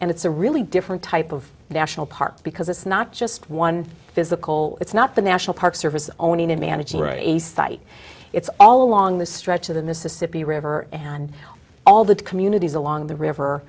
and it's a really different type of national park because it's not just one physical it's not the national park service owning and managing a site it's all along the stretch of the mississippi river and all the communities along the river